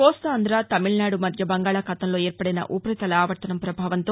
కోస్తాంధ్ర తమిళనాడు మధ్య బంగాళాఖాతంలో ఏర్పడిన ఉపరితల ఆవర్తనం ప్రభావంతో